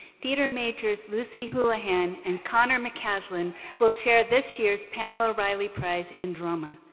theater majors lucy houlihan and conner mccaslin will share this year's pamela riley prize in drama.